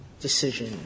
Decision